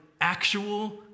actual